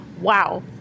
wow